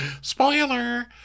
Spoiler